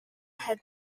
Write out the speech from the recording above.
had